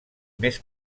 més